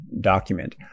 document